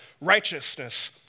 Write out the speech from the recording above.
Righteousness